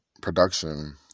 production